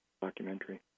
documentary